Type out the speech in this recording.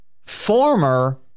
former